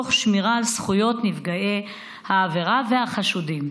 תוך שמירה על זכויות נפגעי העבירה והחשודים.